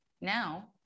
now